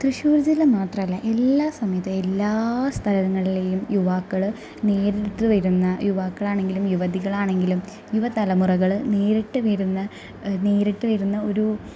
തൃശ്ശൂർ ജില്ല മാത്രമല്ല എല്ലാ സമിതി എല്ലാ സ്ഥലങ്ങളിലെയും യുവാക്കൾ നേരിട്ടു വരുന്ന യുവാക്കളാണെങ്കിലും യുവതികളാണെങ്കിലും യുവ തലമുറകൾ നേരിട്ട് വരുന്ന നേരിട്ട് വരുന്ന ഒരു